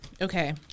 Okay